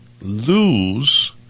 lose